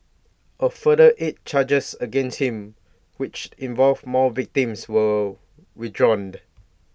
A further eight charges against him which involved more victims were withdrawn end